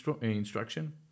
instruction